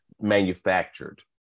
manufactured